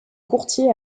courtier